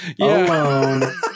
alone